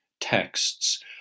texts